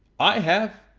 i have,